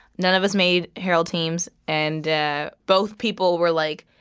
none of us made harold teams. and both people were like,